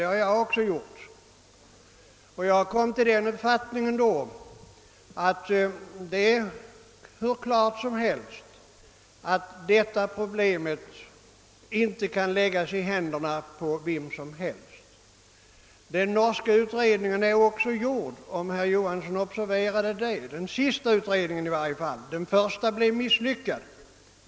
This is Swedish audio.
Det har jag också gjort och jag kom då till den uppfattningen, att detta problem uppenbarligen inte kan läggas i händerna på vem som helst. Den första norska utredningen, i vilket det statliga inflytandet var ganska stort, misslyckades.